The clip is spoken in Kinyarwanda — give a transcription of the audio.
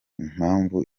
impamvu